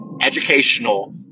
educational